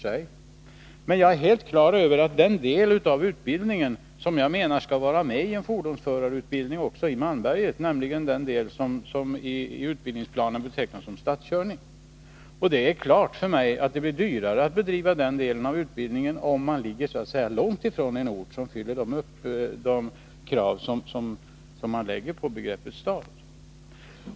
Den del av utbildningen som jag menar skall vara med i en fordonsförarutbildning också i Malmberget är den del som i utbildningsplanen kallas stadskörning. Jag är helt klar över att det blir dyrare att bedriva den delen av utbildningen om den är förlagd långt ifrån en ort som uppfyller kraven på begreppet stad.